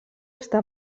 està